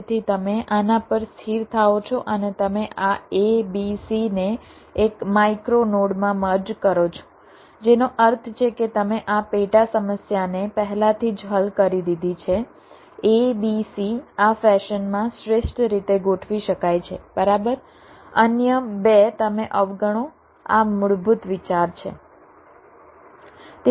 તેથી તમે આના પર સ્થિર થાઓ છો અને તમે આ a b c ને એક માઇક્રો નોડ માં મર્જ કરો છો જેનો અર્થ છે કે તમે આ પેટા સમસ્યાને પહેલાથી જ હલ કરી દીધી છે a b c આ ફેશન માં શ્રેષ્ઠ રીતે ગોઠવી શકાય છે બરાબર અન્ય બે તમે અવગણો આ મૂળભૂત વિચાર છે